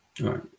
right